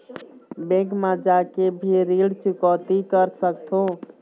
Bank मा जाके भी ऋण चुकौती कर सकथों?